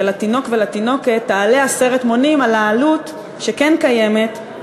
לתינוק ולתינוקת תעלה עשרת מונים על העלות שכן קיימת,